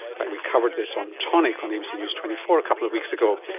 but we covered this on tonic on abc news twenty four a couple of weeks ago.